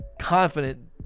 confident